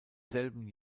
selben